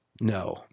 No